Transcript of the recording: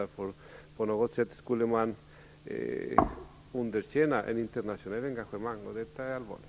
Man skulle ju på något sätt underkänna ett internationellt engagemang, vilket är allvarligt.